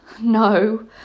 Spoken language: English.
No